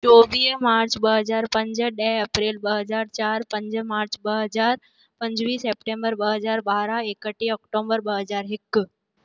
चोवीह मार्च ॿ हज़ार पंज ॾह अप्रैल ॿ हज़ार चारि पंज मार्च ॿ हज़ार पंजुवीह सैप्टैंबर ॿ हज़ार ॿारहं एकटीह अक्टूबर ॿ हज़ार हिकु